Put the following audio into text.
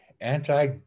anti